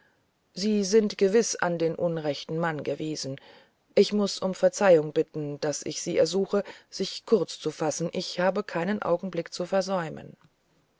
sie sind gewiß an den unrechten mann gewiesen ich muß um verzeihung bitten daß ich sie ersuche sich kurz zu fassen ich habe keinen augenblick zu versäumen